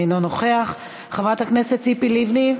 אינו נוכח, חברת הכנסת ציפי לבני,